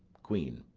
queen.